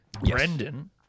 Brendan